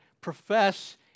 profess